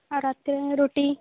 ଆଉ ରାତିରେ ରୁଟି